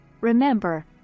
remember